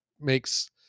makes